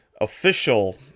official